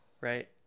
Right